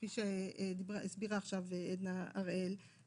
כפי שהסבירה עכשיו עדנה הראל,